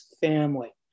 family